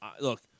look